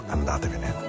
Andatevene